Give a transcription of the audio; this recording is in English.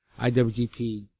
IWGP